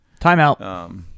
Timeout